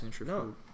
No